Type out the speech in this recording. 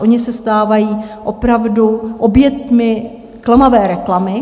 Oni se stávají opravdu oběťmi klamavé reklamy.